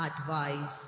advice